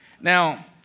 Now